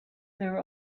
their